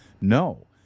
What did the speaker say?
No